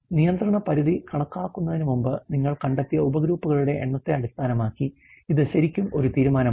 നിയന്ത്രണ പരിധി കണക്കാക്കുന്നതിന് മുമ്പ് നിങ്ങൾ കണ്ടെത്തിയ ഉപഗ്രൂപ്പുകളുടെ എണ്ണത്തെ അടിസ്ഥാനമാക്കി ഇത് ശരിക്കും ഒരു തീരുമാനമാണ്